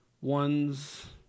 one's